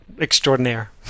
Extraordinaire